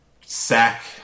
sack